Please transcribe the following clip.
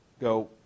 go